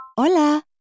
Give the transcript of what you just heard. Hola